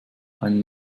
einen